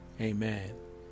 Amen